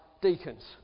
deacons